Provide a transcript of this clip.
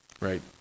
right